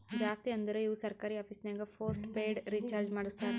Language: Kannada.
ಜಾಸ್ತಿ ಅಂದುರ್ ಇವು ಸರ್ಕಾರಿ ಆಫೀಸ್ನಾಗ್ ಪೋಸ್ಟ್ ಪೇಯ್ಡ್ ರೀಚಾರ್ಜೆ ಮಾಡಸ್ತಾರ